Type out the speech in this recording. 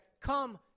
come